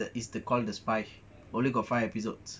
is the is the call the spy only got five episodes